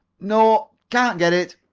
no can't get it.